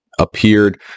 appeared